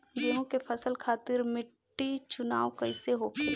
गेंहू फसल खातिर मिट्टी चुनाव कईसे होखे?